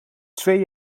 twee